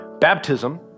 Baptism